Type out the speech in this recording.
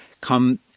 come